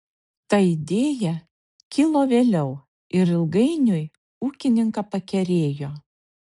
ta idėja kilo vėliau ir ilgainiui ūkininką pakerėjo